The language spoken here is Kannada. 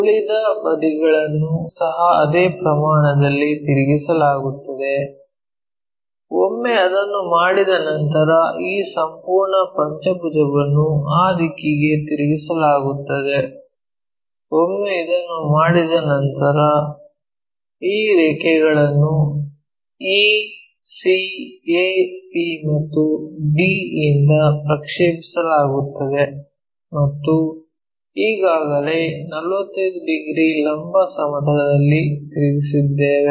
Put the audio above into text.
ಉಳಿದ ಬದಿಗಳನ್ನು ಸಹ ಅದೇ ಪ್ರಮಾಣದಲ್ಲಿ ತಿರುಗಿಸಲಾಗುತ್ತದೆ ಒಮ್ಮೆ ಇದನ್ನು ಮಾಡಿದ ನಂತರ ಈ ಸಂಪೂರ್ಣ ಪಂಚಭುಜವನ್ನು ಆ ದಿಕ್ಕಿಗೆ ತಿರುಗಿಸಲಾಗುತ್ತದೆ ಒಮ್ಮೆ ಇದನ್ನು ಮಾಡಿದ ನಂತರ ಈ ರೇಖೆಗಳನ್ನು e c a b ಮತ್ತು d ಯಿಂದ ಪ್ರಕ್ಷೇಪಿಸಲಾಗುತ್ತದೆ ಮತ್ತು ಈಗಾಗಲೇ 45 ಡಿಗ್ರಿ ಲಂಬ ಸಮತಲದಲ್ಲಿ ತಿರುಗಿಸಿದ್ದೇವೆ